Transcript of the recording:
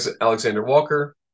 Alexander-Walker